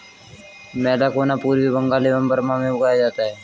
मैलाकोना पूर्वी बंगाल एवं बर्मा में उगाया जाता है